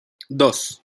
dos